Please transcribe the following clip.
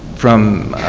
from